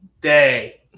day